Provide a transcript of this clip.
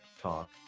Talk